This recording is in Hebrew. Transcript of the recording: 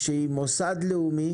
שהיא מוסד לאומי,